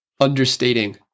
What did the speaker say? understating